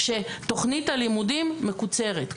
שתוכנית הלימודים מקוצרת,